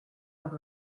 par